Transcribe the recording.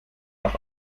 auf